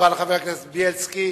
תודה רבה לחבר הכנסת בילסקי.